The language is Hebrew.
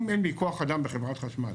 אם אין לי כוח אדם בחברת חשמל